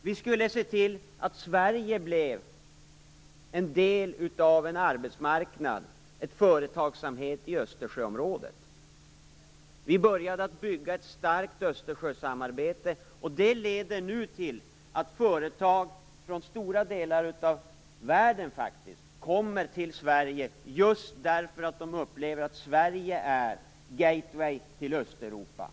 Vi skulle se till att Sverige blev en del av en arbetsmarknad och av företagsamheten i Östersjöområdet. Vi började att bygga ett starkt Östersjösamarbete, och det leder nu till att företag från stora delar av världen kommer till Sverige just därför att de upplever att Sverige är gateway till Östeuropa.